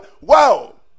wow